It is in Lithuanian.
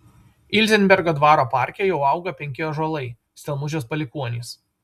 ilzenbergo dvaro parke jau auga penki ąžuolai stelmužės palikuonys